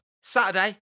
Saturday